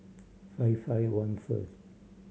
five five one first